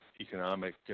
economic